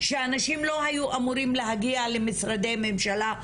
שאנשים לא היו אמורים להגיע למשרדי ממשלה,